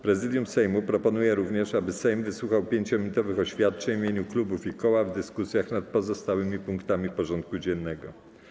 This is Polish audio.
Prezydium Sejmu proponuje również, aby Sejm wysłuchał 5-minutowych oświadczeń w imieniu klubów i koła w dyskusjach nad pozostałymi punktami porządku dziennego.